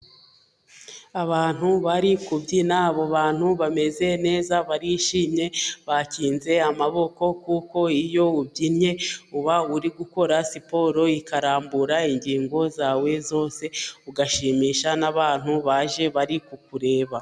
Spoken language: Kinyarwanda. Abantu bari kubyina, abo bantu bameze neza barishimye, bakinze amaboko kuko iyo ubyinnye uba uri gukora siporo, ikarambura ingingo zawe zose, ugashimisha n'abantu baje bari kukureba.